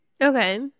Okay